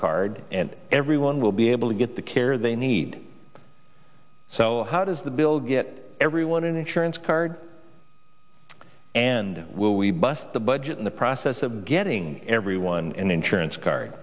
card and everyone will be able to get the care they need so how does the bill get everyone an insurance card and will we bust the budget in the process of getting everyone an insurance card